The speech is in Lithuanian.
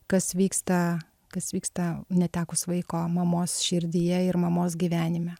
kas vyksta kas vyksta netekus vaiko mamos širdyje ir mamos gyvenime